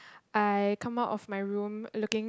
I come out of my room looking